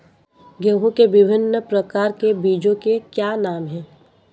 गेहूँ के विभिन्न प्रकार के बीजों के क्या नाम हैं?